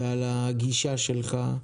ועל הגישה שלך,